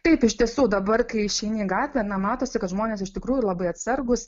taip iš tiesų dabar kai išeini į gatvę matosi kad žmonės iš tikrųjų labai atsargūs